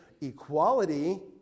equality